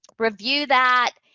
review that.